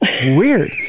Weird